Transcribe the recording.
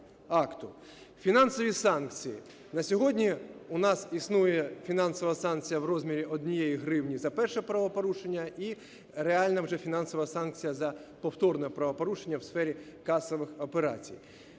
акту. Фінансові санкції. На сьогодні у нас існує фінансова санкція в розмірі 1 гривні за перше правопорушення і реальна вже фінансова санкція за повторне правопорушення в сфері касових операцій.